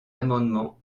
amendement